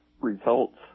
results